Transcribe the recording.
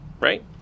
right